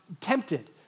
tempted